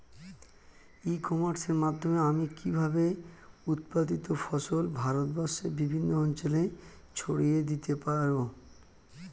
ই কমার্সের মাধ্যমে আমি কিভাবে উৎপাদিত ফসল ভারতবর্ষে বিভিন্ন অঞ্চলে ছড়িয়ে দিতে পারো?